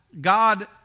God